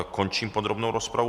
Končím podrobnou rozpravu.